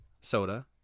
soda